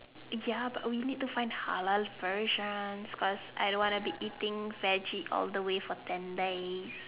ya but we need to find halal versions cause I don't want to be eating veggie all the way for ten days